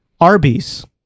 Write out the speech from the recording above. Arby's